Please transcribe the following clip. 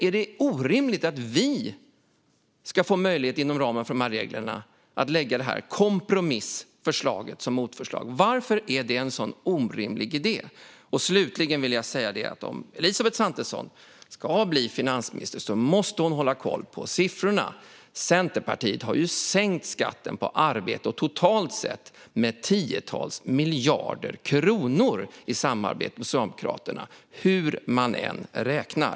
Är det då orimligt att vi inom ramen för dessa regler ska få lägga fram vårt kompromissförslag som motförslag? Varför är det en så orimlig idé? Slutligen vill jag säga att om Elisabeth Svantesson ska bli finansminister måste hon hålla koll på siffrorna. Centerpartiet har ju i samarbete med Socialdemokraterna sänkt skatten på arbete med totalt tiotals miljarder kronor hur man än räknar.